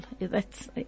thats